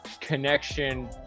connection